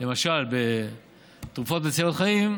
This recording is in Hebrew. למשל בתרופות מצילות חיים,